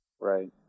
Right